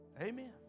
Amen